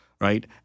right